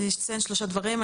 יש לי שלושה דברים.